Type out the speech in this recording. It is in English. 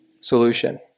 solution